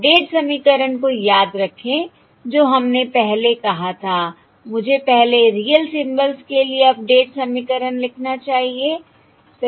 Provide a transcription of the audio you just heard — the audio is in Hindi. अपडेट समीकरण को याद रखें जो हमने पहले कहा था मुझे पहले रियल सिम्बल्स के लिए अपडेट समीकरण लिखना चाहिए सही